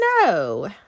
no